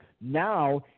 Now